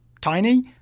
tiny